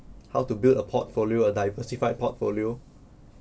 how to build a portfolio a diversified portfolio